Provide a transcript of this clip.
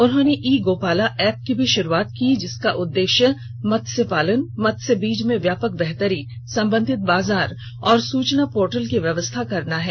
उन्होंने e Gopala app की भी शुरूआत की जिसका उद्देश्य मत्स्य पालन मत्स्य बीज में व्यापक बेहतरी संबंधित बाजार और सूचना पोर्टेल की व्यवस्था करना है